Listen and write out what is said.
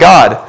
God